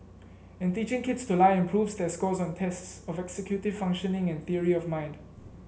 and teaching kids to lie improves their scores on tests of executive functioning and theory of mind